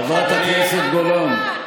חברת הכנסת גולן,